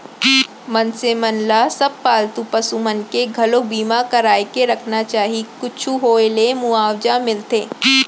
मनसे मन ल सब पालतू पसु मन के घलोक बीमा करा के रखना चाही कुछु होय ले मुवाजा मिलथे